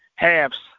Halves